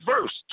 verse